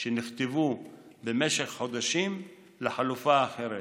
שנכתבו במשך חודשים לחלופה אחרת.